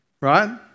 right